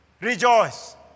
Rejoice